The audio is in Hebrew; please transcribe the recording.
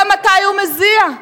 גם מתי הוא מזיע.